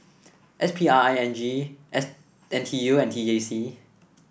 S P R I N G S N T U and T A C